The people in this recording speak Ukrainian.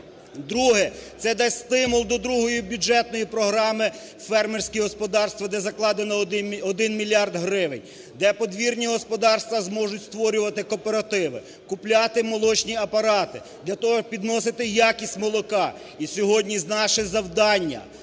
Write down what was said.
Друге. Це дасть стимул до другої бюджетної програми "Фермерські господарства", де закладено один мільярд гривень. Де подвірні господарства зможуть створювати кооперативи, купляти молочні апарати, для того, підносити якість молока. І сьогодні наше завдання